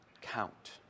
count